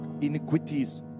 iniquities